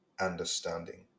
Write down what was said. understanding